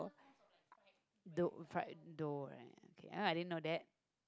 dough fried dough right I didn't know that